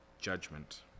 judgment